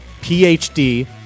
PhD